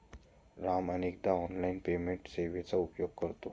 राम अनेकदा online payment सेवेचा उपयोग करतो